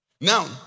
Now